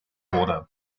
wurde